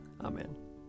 Amen